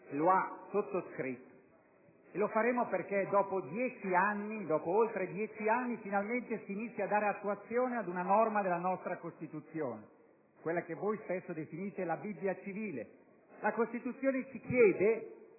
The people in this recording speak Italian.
lo ha sottoscritto. E lo faremo perché dopo oltre dieci anni finalmente si inizia a dare attuazione ad una norma della nostra Costituzione, quella che voi spesso definite la Bibbia civile. La Costituzione ci chiede